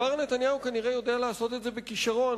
מר נתניהו כנראה יודע לעשות את זה בכשרון,